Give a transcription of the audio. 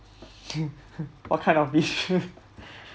what kind of beach